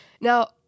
Now